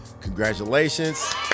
Congratulations